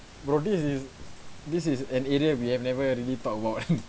bro this is this is an area we have never already talk about